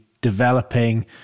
developing